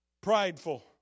Prideful